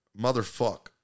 motherfuck